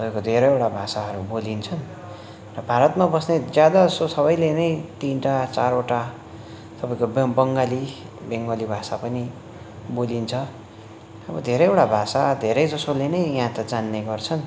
तपाईँको धेरैवटा भाषाहरू बोलिन्छ र भारतमा बस्ने ज्यादा जस्तो सबैले नै तिनवटा चारवटा तपाईँको ब्यङ बङ्गाली बङ्गाली भाषा पनि बोलिन्छ अब धेरैवटा भाषा धेरैजसोले नै यहाँ त जान्ने गर्छ